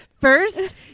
First